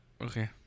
Okay